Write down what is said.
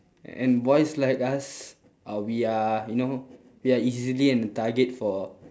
and boys like us uh we are you know we are easily an target for